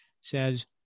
says